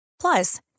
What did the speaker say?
Plus